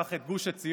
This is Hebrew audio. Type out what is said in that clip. קח את גוש עציון,